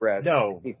No